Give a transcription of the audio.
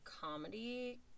comedy